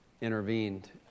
intervened